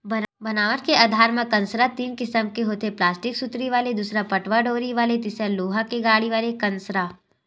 बनावट के आधार म कांसरा तीन किसम के होथे प्लास्टिक सुतरी वाले दूसर पटवा डोरी वाले तिसर लोहा के कड़ी वाले कांसरा